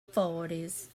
fourties